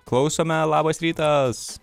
klausome labas rytas